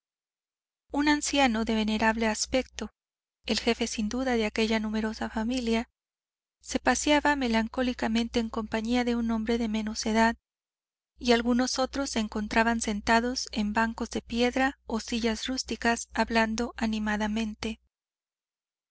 un anciano de venerable aspecto el jefe sin duda de aquella numerosa familia se paseaba melancólicamente en compañía de un hombre de menos edad y algunos otros se encontraban sentados en bancos de piedra o sillas rústicas hablando